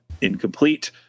incomplete